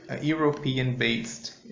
European-based